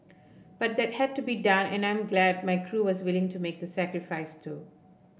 but that had to be done and I'm glad my crew was willing to make the sacrifice too